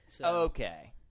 Okay